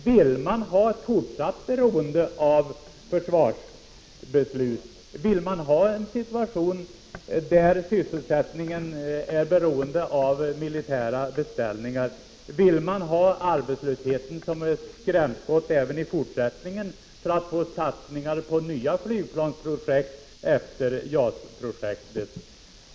Vill man ha ett fortsatt beroende av försvarsbeslut, en situation där sysselsättningen är beroende av militära beställningar, och arbetslösheten som ett skrämskott även i fortsättningen, som en väg för att få satsningar på nya flygplansprojekt efter JAS-projektet?